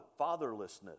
fatherlessness